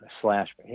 Slash